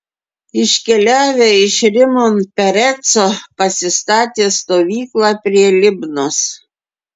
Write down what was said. iškeliavę iš rimon pereco pasistatė stovyklą prie libnos